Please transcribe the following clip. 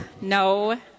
no